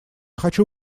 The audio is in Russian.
хочу